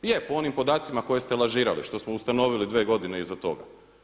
Je, po onim podacima koje ste lažirali što smo ustanovili dvije godine iza toga.